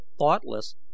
thoughtless